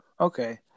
Okay